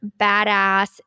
badass